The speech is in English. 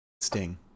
Sting